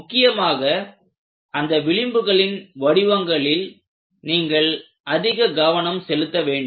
முக்கியமாக அந்த விளிம்புகளின் வடிவங்களில் நீங்கள் அதிக கவனம் செலுத்த வேண்டும்